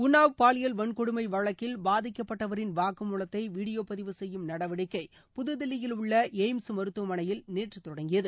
உள்ளாவ் பாலியல் வன்கொடுமை வழக்கில் பாதிக்கப்பட்டவரின் வாக்குமூலத்தை வீடியோ பதிவு செய்யும் நடவடிக்கை புதுதில்லியில் உள்ள எய்ம்ஸ் மருத்துவமனையில் நேற்று தொடங்கியது